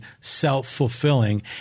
self-fulfilling